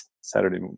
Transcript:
Saturday